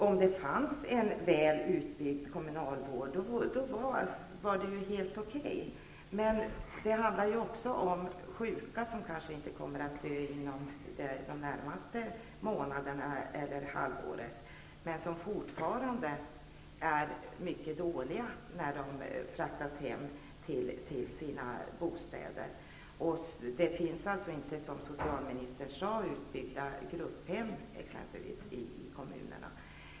Om det fanns en väl utbyggd kommunal vård vore det helt okej. Men det handlar också om sjuka som kanske inte kommer att dö inom de närmaste månaderna eller det närmaste halvåret, men som fortfarande är mycket dåliga när de fraktas hem till sina bostäder. Det finns alltså inte, som socialministern sade, utbyggda grupphem i kommunerna.